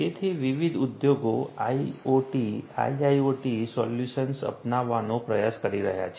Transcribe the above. તેથી વિવિધ ઉદ્યોગો IoT IIoT સોલ્યુશન્સ અપનાવવાનો પ્રયાસ કરી રહ્યાં છે